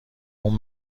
اون